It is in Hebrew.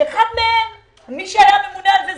שאחד מהם מי שהיה ממונה על זה,